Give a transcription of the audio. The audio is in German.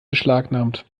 beschlagnahmt